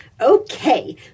Okay